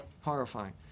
horrifying